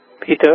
Peter